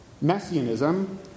Messianism